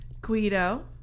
guido